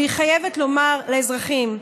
והיא חייבת לומר לאזרחים: